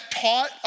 taught